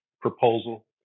proposal